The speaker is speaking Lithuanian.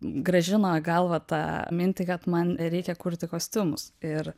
grąžino į galvą tą mintį kad man reikia kurti kostiumus ir